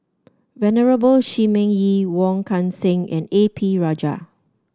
Venerable Shi Ming Yi Wong Kan Seng and A P Rajah